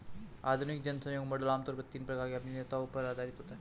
आधुनिक जनसहयोग मॉडल आम तौर पर तीन प्रकार के अभिनेताओं पर आधारित होता है